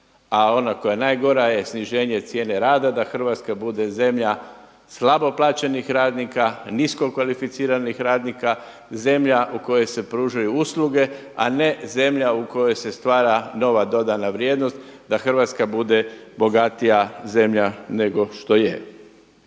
a ona koja je najgora je sniženje cijene rada da Hrvatska bude zemlja slabo plaćenih radnika, niskokvalificiranih radnika, zemlja u kojoj se pružaju usluge, a ne zemlja u kojoj se stvara nova dodana vrijednost, da Hrvatska bude bogatija zemlja nego što je.